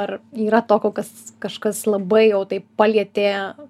ar yra tokio kas kažkas labai jau taip palietė